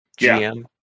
GM